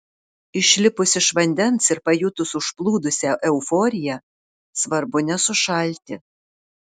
išlipus iš vandens ir pajutus užplūdusią euforiją svarbu nesušalti